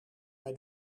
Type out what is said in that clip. mij